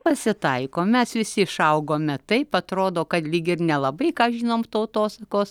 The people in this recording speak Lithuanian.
pasitaiko mes visi išaugome taip atrodo kad lyg ir nelabai ką žinom tautosakos